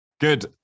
Good